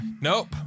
Nope